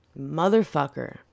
motherfucker